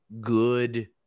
good